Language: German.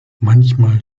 manchmal